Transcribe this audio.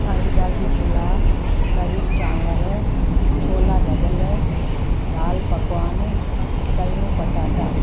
साई भाॼी पुलाउ कढ़ी चांवर छोला ढॿल दालि पकवान सइयूं पटाटा